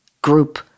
group